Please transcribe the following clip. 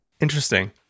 Interesting